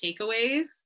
takeaways